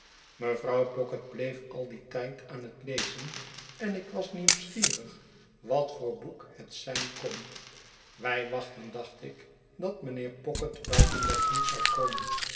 mevrouw pocket bleef al dien tijd aan het lezen en ik was nieuwsgierig wat voor boek het zijn kon wij wachtten dacht ik dat mijnheer pocket buiten bij ons zou komen